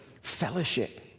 fellowship